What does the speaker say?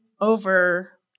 over